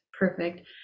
perfect